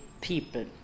people